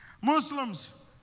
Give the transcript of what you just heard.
Muslims